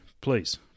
Please